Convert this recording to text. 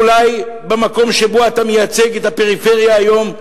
אולי במקום שבו אתה מייצג את הפריפריה היום,